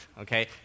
okay